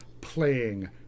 playing